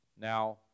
now